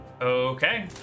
Okay